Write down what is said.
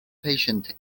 patient